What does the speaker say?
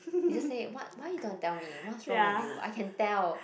he just say what why you don't wanna tell me what's wrong with you I can tell